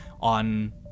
on